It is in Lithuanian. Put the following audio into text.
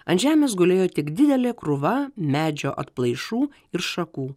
ant žemės gulėjo tik didelė krūva medžio atplaišų ir šakų